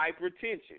hypertension